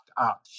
up